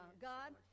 God